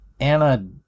Anna